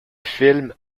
film